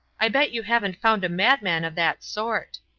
i bet you haven't found a madman of that sort.